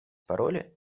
paroli